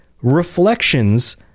reflections